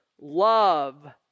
love